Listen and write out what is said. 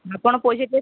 ଆପଣ ପଇସା